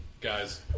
Guys